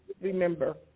remember